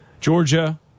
Georgia